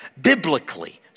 biblically